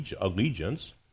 allegiance